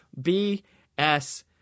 BS